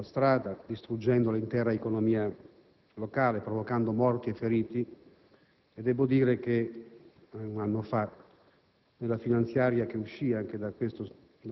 gettando migliaia di famiglie in mezzo alla strada, distruggendo l'intera economia locale, provocando morti e feriti. Un anno fa,